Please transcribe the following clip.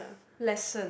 lesson